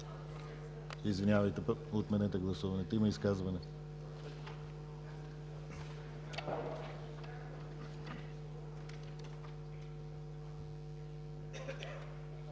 Извинявайте! Отменете гласуването, има изказване.